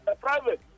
private